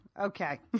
Okay